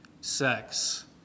sex